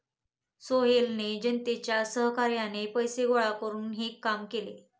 सोहेलने जनतेच्या सहकार्याने पैसे गोळा करून हे काम केले